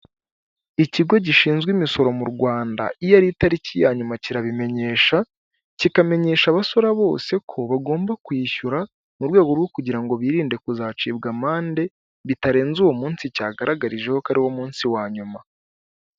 Ikigo gishinzwe imisoro mu Rwanda, iyo ari itariki ya nyuma kirabimenyesha; kikamenyesha abasora bose ko bagomba kwishyura, mu rwego rwo kugira ngo birinde kuzacibwa amande bitarenze uwo munsi cyagaragarijeho ko ariwo munsi wa nyuma.